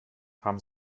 haben